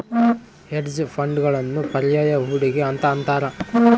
hedge ಫಂಡ್ಗಳನ್ನು ಪರ್ಯಾಯ ಹೂಡಿಕೆ ಅಂತ ಅಂತಾರ